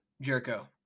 Jericho